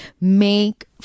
Make